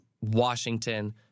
Washington